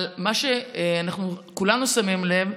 אבל מה שאנחנו כולנו שמים לב,